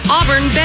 Auburn